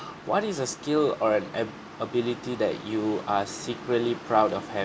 what is a skill or an ab~ ability that you are secretly proud of having